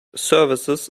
services